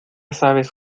sabes